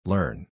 Learn